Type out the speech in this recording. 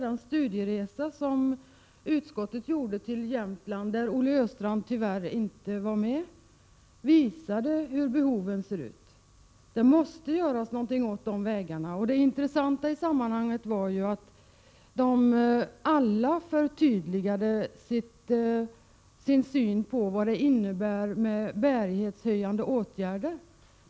Den studieresa som trafikutskottet gjorde till Jämtland, på vilken Olle Östrand tyvärr inte var med, visade klart hur behoven ser ut. Det måste göras någonting åt vägarna där. Det intressanta i sammanhanget var att alla förtydligade sin syn på innebörden av begreppet bärighetshöjande åtgärder.